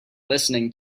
listening